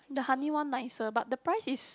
the honey one nicer but the price is